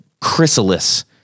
chrysalis